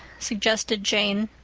suggested jane.